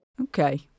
Okay